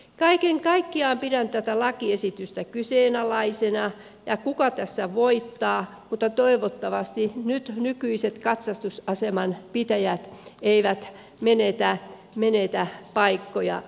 kaiken kaikkiaan pidän tätä lakiesitystä kyseenalaisena ja kuka tässä voittaa mutta toivottavasti nyt nykyiset katsastusaseman pitäjät eivät menetä paikkoja tämän lakiesityksen myötä